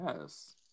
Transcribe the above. Yes